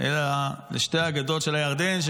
אלא לשתי הגדות של הירדן -- אמרתי עזה,